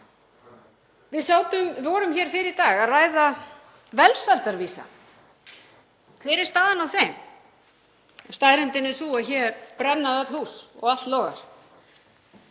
Við vorum hér fyrr í dag að ræða velsældarvísa. Hver er staðan á þeim? Er staðreyndin sú að hér brenna öll hús og allt logar?